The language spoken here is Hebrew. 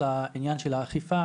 שומרים על אדמות המדינה לצורך הציבור,